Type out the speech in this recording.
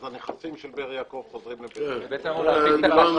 אז הנכסים של באר יעקב חוזרים לבאר יעקב.